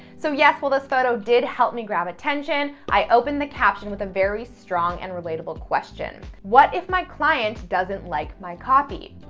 so, yes, while this photo did help me grab attention, i opened the caption with a very strong and relatable question. what if my client doesn't like my copy?